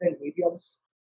mediums